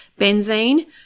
benzene